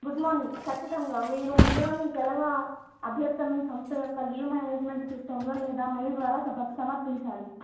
good morning ఖచ్చితంగా మీరు ముందుగా మీ సెలవు అభ్యర్థనను సంస్థ యొక్క న్యూ మేనేజ్మెంట్ సిస్టంలో లేదా మెయిల్ ద్వారా సమర్పించాలి